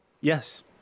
Yes